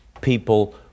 people